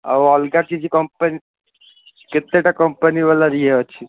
ଆଉ ଅଲଗା କିଛି କମ୍ପାନୀ କେତୋଟା କମ୍ପାନୀ ବାଲା ଇଏ ଅଛି